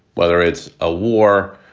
whether it's a war,